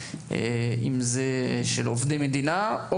ולא משנה אם זה מצד שחקנים או עובדי מדינה.